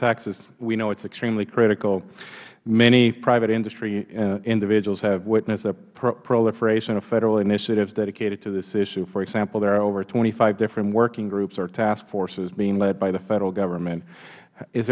attacks we know is extremely critical many private industry individuals have witnessed a proliferation of federal initiatives dedicated to this issue for example there are over twenty five different working groups or task forces being led by the federal government is